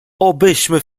obyśmy